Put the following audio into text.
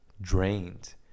drained